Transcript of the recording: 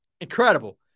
Incredible